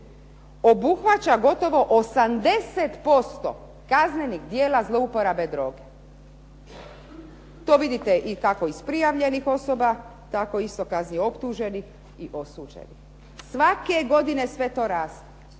obuhvaća gotovo 80% kaznenih djela zlouporabe droga. To vidite i kako iz prijavljenih osoba, tako isto kazni, optuženih i osuđenih. Svake godine sve to raste.